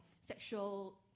sexual